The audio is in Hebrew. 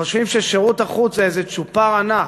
חושבים ששירות החוץ זה איזה צ'ופר ענק.